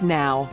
now